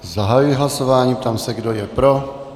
Zahajuji hlasování, ptám se, kdo je pro.